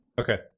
Okay